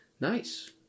Nice